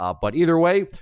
ah but either way,